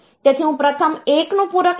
તેથી હું પ્રથમ 1 નું પૂરક લઉં છું